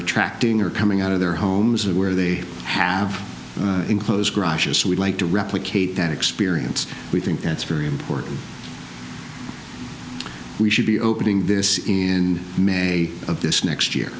attracting are coming out of their homes where they have enclosed garages so we'd like to replicate that experience we think that's very important we should be opening this in may of this next